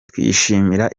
twishimira